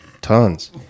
tons